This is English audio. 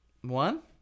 one